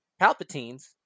Palpatine's